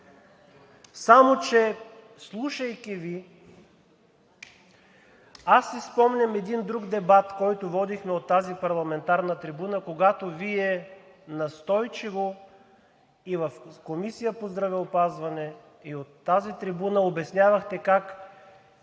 Само че, слушайки Ви, си спомням един друг дебат, който водихме от тази парламентарна трибуна, когато Вие настойчиво и в Комисията по здравеопазване, и от тази трибуна обяснявахте как